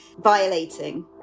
violating